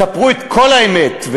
תספרו את כל האמת,